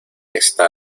está